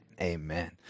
Amen